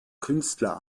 künstler